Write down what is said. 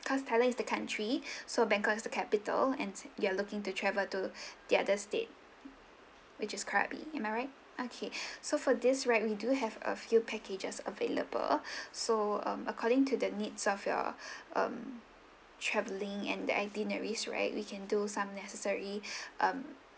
cause thailand is the country so bangkok is the capital and you're looking to travel to the other state which is krabi am I right okay so for this right we do have a few packages available so um according to the needs of your um traveling and the itineraries right we can do some necessary um